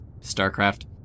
Starcraft